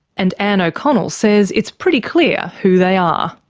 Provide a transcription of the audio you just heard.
and ann o'connell says it's pretty clear who they are.